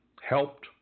helped